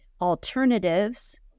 alternatives